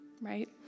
right